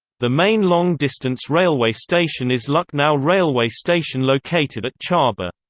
the main long-distance railway station is lucknow railway station located at charbagh.